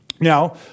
Now